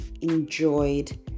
enjoyed